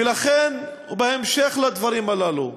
ולכן, ובהמשך לדברים הללו,